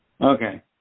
Okay